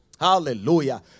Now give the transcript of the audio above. Hallelujah